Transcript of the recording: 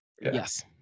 Yes